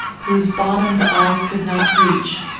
whose bottom the eye could not reach.